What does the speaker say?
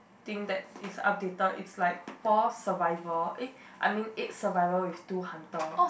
thing that is updated it's like four survivor eh I mean eight survivor with two hunter